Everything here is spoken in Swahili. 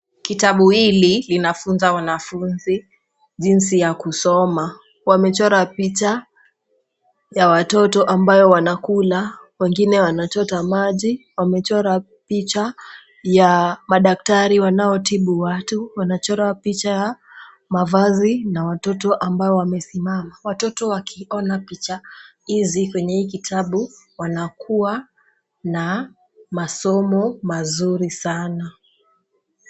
Kitabu hili linafunza wanafunzi jinsi ya kusoma wamechora picha ya watoto ambao wanakula, wengine wanachota maji, wamechora picha ya madaktari wanaotibu watu, wamechora picha ya mavazi na watoto ambao amesimama, watoto wakiona picha hizi kwenye kitabu wanakuwa na masomo mazuri sana.